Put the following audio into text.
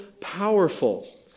powerful